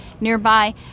Nearby